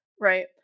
Right